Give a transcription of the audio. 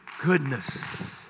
goodness